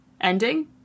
ending